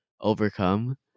Overcome